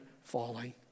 falling